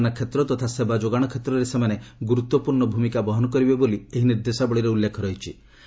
ପରିଚାଳନା କ୍ଷେତ୍ର ତଥା ସେବା ଯୋଗାଣ କ୍ଷେତ୍ରରେ ସେମାନେ ଗୁରୁତ୍ୱପୂର୍ଣ୍ଣ ଭୂମିକା ବହନ କରିବେ ବୋଲି ଏହି ନିର୍ଦ୍ଦେଶାବଳୀରେ ଉଲ୍ଲେଖ ରହିଛି